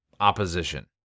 opposition